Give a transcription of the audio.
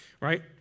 right